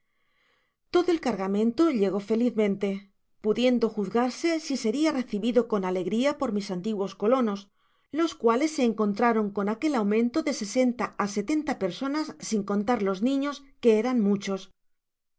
todo el cargamento llegó felizmente pudiendo juzgarse si seria recibido con alema por mis antiguos colonos los cuales se encontraron con aquel aumento de se i content from google book search generated at senta á setenta personas sin cantar los niños que eran muchos